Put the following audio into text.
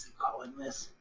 calling this.